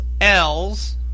L's